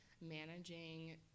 managing